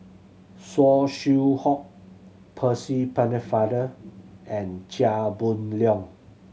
Saw Swee Hock Percy Pennefather and Chia Boon Leong